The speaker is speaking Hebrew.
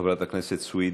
חברת הכנסת סויד,